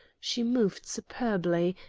she moved superbly,